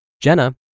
Jenna